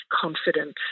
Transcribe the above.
confident